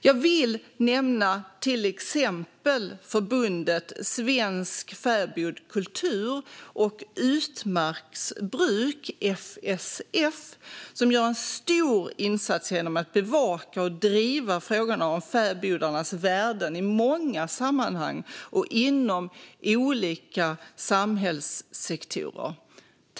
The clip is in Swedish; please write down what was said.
Jag vill nämna till exempel Förbundet Svensk Fäbodkultur och utmarksbruk, FSF, som gör en stor insats genom att bevaka och driva frågorna om fäbodarnas värden i många sammanhang och inom olika samhällssektorer.